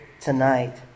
tonight